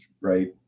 right